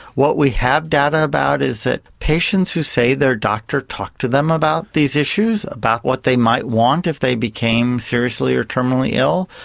what we have data about is that patients who say their doctor talked to them about these issues, about what they might want if they became seriously or terminally ill,